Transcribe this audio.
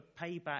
payback